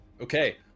Okay